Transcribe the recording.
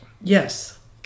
Yes